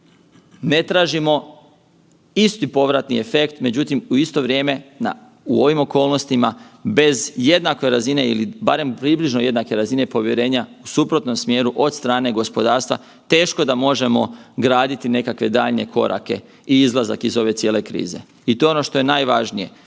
Ne tražimo isti povratni efekt, međutim u isto vrijeme u ovim okolnostima bez jednake razine ili barem približno jednake razine povjerenja suprotnom smjeru od strane gospodarstva teško da možemo graditi nekakve daljnje korake i izlazak iz ove cijele krize i to je ono što je najvažnije.